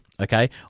Okay